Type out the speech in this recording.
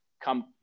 come